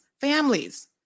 families